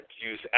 use